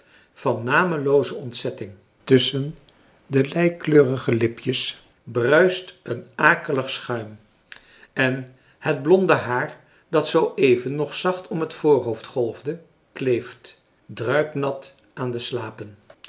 van namelooze ontzetting tusschen de leikleurige lipjes bruist een akelig schuim en het blonde haar dat zooeven nog zacht om het voorhoofd golfde kleeft druipnat aan de slapen